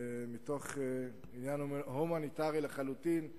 מתוך עניין הומניטרי לחלוטין,